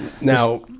Now